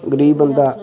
गरीब बंदा